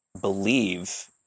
believe